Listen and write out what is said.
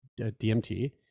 DMT